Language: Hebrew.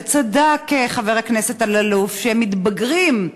וצדק חבר הכנסת אלאלוף: הם מתבגרים,